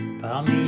Parmi